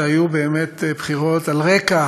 שהיו באמת בחירות על רקע